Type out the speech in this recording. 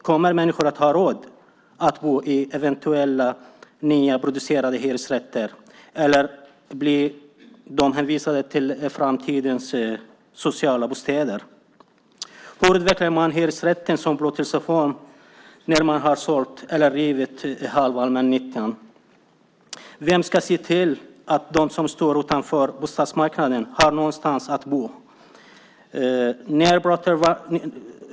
Kommer människor att ha råd att bo i eventuella nyproducerade hyresrätter? Eller blir de hänvisade till framtidens sociala bostäder? Hur utvecklar man hyresrätten som upplåtelseform när man har sålt eller rivit halva allmännyttan? Vem ska se till att de som står utanför bostadsmarknaden har någonstans att bo?